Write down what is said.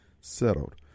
settled